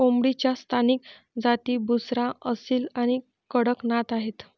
कोंबडीच्या स्थानिक जाती बुसरा, असील आणि कडकनाथ आहेत